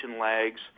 lags